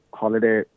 holiday